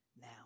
now